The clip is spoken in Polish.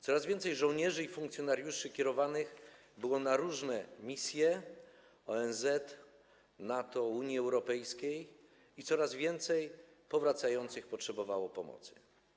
Coraz więcej żołnierzy i funkcjonariuszy kierowanych było na różne misje ONZ, NATO czy Unii Europejskiej i coraz więcej powracających potrzebowało pomocy.